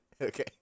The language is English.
okay